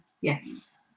Yes